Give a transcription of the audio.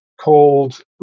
called